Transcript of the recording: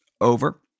over